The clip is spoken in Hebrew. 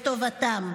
בטובתם.